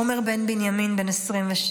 עומר בן בנימין, בן 26: